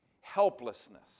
helplessness